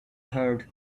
heard